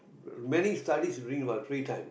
many studies during while free time